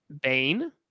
bane